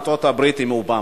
עם ארצות-הברית, עם אובמה.